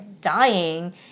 dying